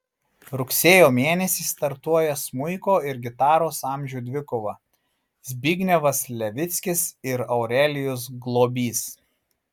rugsėjo mėnesį startuoja smuiko ir gitaros amžių dvikova zbignevas levickis ir aurelijus globys